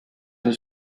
was